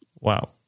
Wow